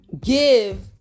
give